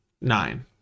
nine